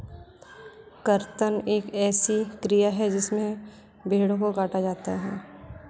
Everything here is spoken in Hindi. कर्तन एक ऐसी क्रिया है जिसमें भेड़ों को काटा जाता है